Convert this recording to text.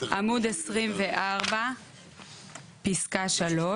עמוד 24 פסקה 3,